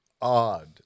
odd